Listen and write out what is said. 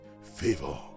Favor